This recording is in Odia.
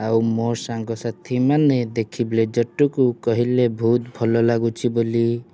ଆଉ ମୋ ସାଙ୍ଗସାଥୀ ମାନେ ଦେଖି ବ୍ଲେଜର୍ଟିକୁ କହିଲେ ବହୁତ ଭଲ ଲାଗୁଛି ବୋଲି